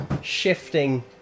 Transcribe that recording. shifting